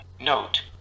note